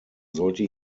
sollte